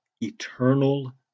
eternal